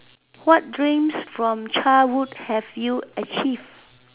what dreams from childhood have you achieved